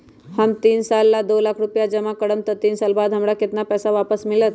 हम तीन साल ला दो लाख रूपैया जमा करम त तीन साल बाद हमरा केतना पैसा वापस मिलत?